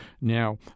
now